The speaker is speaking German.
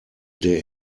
der